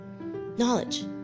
knowledge